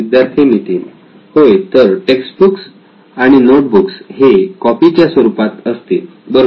विद्यार्थी नितीन होय तर टेक्स्ट बुक्स आणि नोटबुक्स हे कॉपी च्या स्वरूपात असतील बरोबर